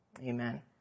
Amen